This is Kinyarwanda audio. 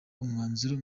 umwanzuro